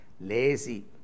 lazy